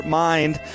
mind